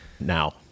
now